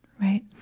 right.